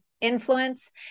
influence